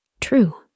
True